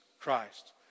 Christ